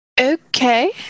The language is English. Okay